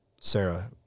Sarah